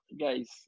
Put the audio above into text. guys